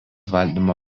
valdymo